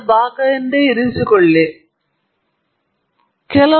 ನಾವು ಡೊಮೇನ್ ಮೂಲಕ ಅರ್ಥವೇನೆಂದರೆ ನಾವು ಪಡೆದ ಡೇಟಾವನ್ನು ಅದೇ ಡೊಮೇನ್ನಲ್ಲಿ ವಿಶ್ಲೇಷಿಸಲು ಬಯಸುತ್ತೀರಾ